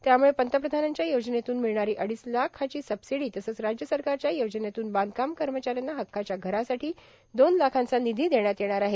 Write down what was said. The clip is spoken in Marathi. त्यामुळे पंतप्रधानांच्या योजनेतून भमळणारों अडीच लाखाची सर्बासडी तसेच राज्य सरकारच्या योजनेतून बांधकाम कमचाऱ्यांना हक्काच्या घरासाठां दोन लाखाचा र्निधी देण्यात येणार आहे